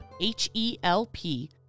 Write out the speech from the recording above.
H-E-L-P